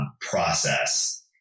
process